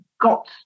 got